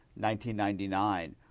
1999